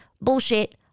Bullshit